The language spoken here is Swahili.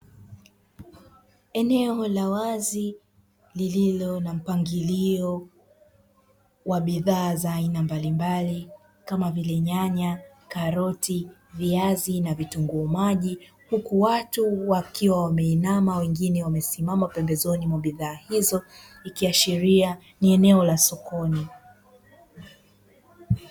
Eneo la wazi lililo na mpangilio wa bidhaa za aina mbalimbali kama vile nyanya, karoti, viazi na vitunguu maji; huku watu wakiwa wameinama wengine wakiwa wamesisima pembezoni mwa bidhaa hizo ikiashiria ni eneo la sokoni.